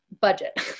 budget